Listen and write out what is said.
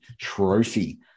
trophy